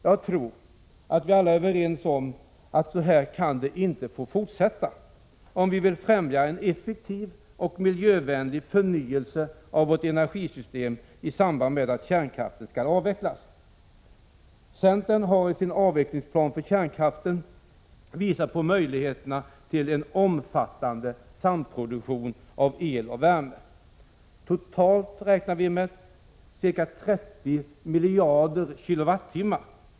Jag tror att vi alla är överens om att så kan det inte få fortsätta, om vi vill främja en effektiv och miljövänlig förnyelse av vårt energisystem i samband med att kärnkraften skall avvecklas. Centern har i sin avvecklingsplan för kärnkraften visat på möjligheterna till en omfattande samproduktion av el och värme. Totalt räknar vi med ca 30 miljarder kWh.